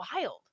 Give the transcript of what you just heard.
wild